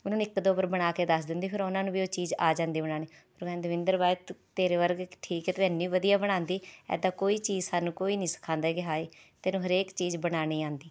ਉਨ੍ਹਾਂ ਨੂੰ ਇੱਕ ਦੋ ਵਾਰ ਬਣਾ ਕੇ ਦੱਸ ਦਿੰਦੀ ਫਿਰ ਉਹਨਾਂ ਨੂੰ ਵੀ ਉਹ ਚੀਜ਼ ਆ ਜਾਂਦੀ ਬਣਾਉਣੀ ਫਿਰ ਉਹ ਕਹਿੰਦੇ ਦਵਿੰਦਰ ਬਾਈ ਤੂੰ ਤੇਰੇ ਵਰਗੇ ਠੀਕ ਹੈ ਤੂੰ ਇੰਨੀ ਵਧੀਆ ਬਣਾਉਦੀ ਇੱਦਾਂ ਕੋਈ ਚੀਜ਼ ਸਾਨੂੰ ਕੋਈ ਨਹੀਂ ਸਿਖਾਉਂਦਾ ਕਿ ਹਾਏ ਤੈਨੂੰ ਹਰੇਕ ਚੀਜ਼ ਬਣਾਉਣੀ ਆਉਂਦੀ